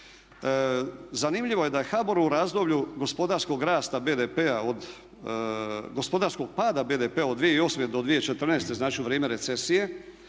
Zanimljivo je da je HBOR u razdoblju gospodarskog rasta BDP-a, od gospodarskog pada BDP-a od 2008. do 2014. znači u vrijeme recesije